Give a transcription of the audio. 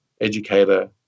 educator